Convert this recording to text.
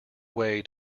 way